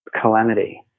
calamity